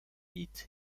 vite